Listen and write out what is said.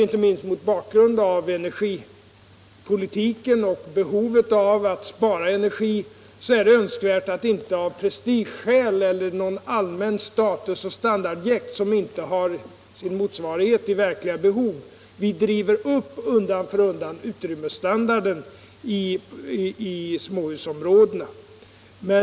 Inte minst med hänsyn till behovet av att spara energi är det önskvärt att man inte, av prestigeskäl eller på grund av något allmänt statusoch standardjäkt som inte har någon motsvarighet i verkliga behov, undan för undan driver upp utrymmesstandarden i småhusområdena.